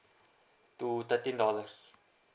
to thirteen dollars